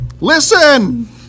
Listen